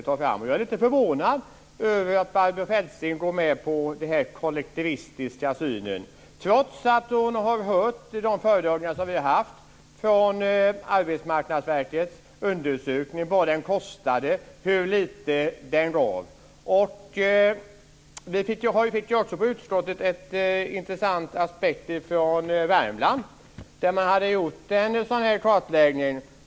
Jag är lite förvånad över att Barbro Feltzing går med på den här kollektivistiska synen, trots att hon har hört de föredragningar som vi har fått utifrån Arbetsmarknadsverkets undersökning, vad den kostade, hur lite den gav. Vi fick också i utskottet kännedom om en intressant aspekt från Värmland, där man hade gjort en sådan här kartläggning.